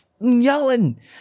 yelling